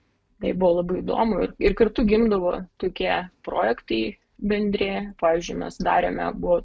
tai buvo labai įdomu ir kartu gimdavo tokie projektai bendri pavyzdžiui mes darėme buvo